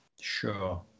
Sure